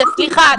סליחה,